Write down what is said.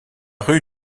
rue